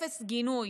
אפס גינוי.